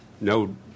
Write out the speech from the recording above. no